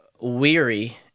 weary